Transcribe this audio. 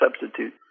substitute